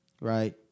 right